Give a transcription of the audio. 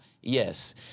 Yes